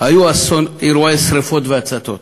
היו אירועי שרפות והצתות